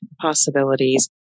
possibilities